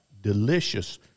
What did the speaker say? delicious